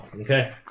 Okay